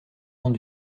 temps